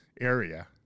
area